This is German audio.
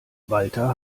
walter